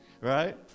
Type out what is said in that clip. right